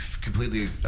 completely